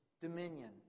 dominion